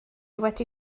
wedi